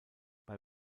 bei